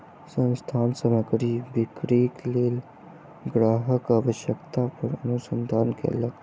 संस्थान सामग्री बिक्रीक लेल ग्राहकक आवश्यकता पर अनुसंधान कयलक